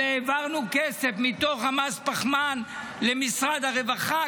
אבל העברנו כסף מתוך מס הפחמן למשרד הרווחה,